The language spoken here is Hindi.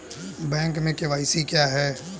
बैंक में के.वाई.सी क्या है?